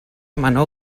menor